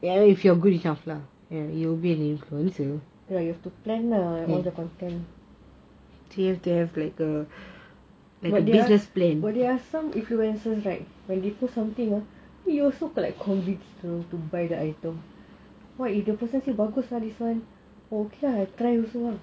you have to plan lah all the content but there are some influencers right when they post something ah you are so convinced to buy the item !wah! the person say bagus ah this one okay ah I try also